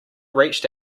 reached